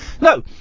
No